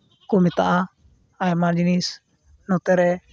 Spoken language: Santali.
ᱠᱚ ᱢᱮᱛᱟᱜᱼᱟ ᱟᱭᱢᱟ ᱡᱤᱱᱤᱥ ᱱᱚᱛᱮ ᱨᱮ